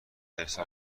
ارسال